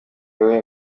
iwe